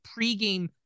pregame